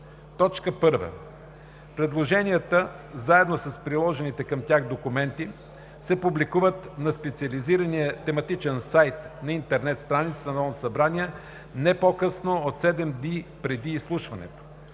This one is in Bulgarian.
1. Предложенията заедно с приложените към тях документи се публикуват на специализирания тематичен сайт на интернет страницата на Народното събрание не по-късно от 7 дни преди изслушването.